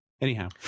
anyhow